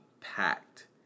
packed